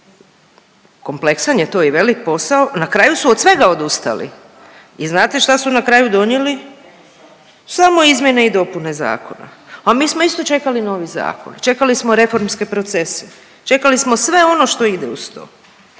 kompleksan je to i velik posao, na kraju su od svega odustali i znate šta su na kraju donijeli, samo izmjene i dopune zakona, a mi smo isto čekali novi zakon. Čekali smo reformske procese, čekali smo sve ono što ide uz to.